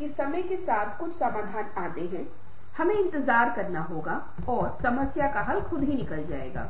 आत्म संवर्धन कौशल self promotion skill Self Promotion Skill एक ऐसी चीज है